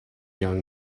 young